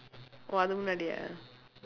oh அதுக்கு முன்னாடி:athukku munnaadi ah